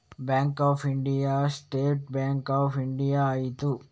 bank of India state bank of India ಆಯಿತು